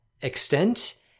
extent